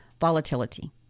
volatility